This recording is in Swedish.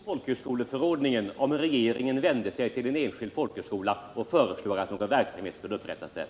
Herr talman! Det vore emot folkhögskoleförordningen om regeringen vände sig till en enskild folkhögskola och föreslog att någon verksamhet skulle igångsättas där.